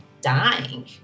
dying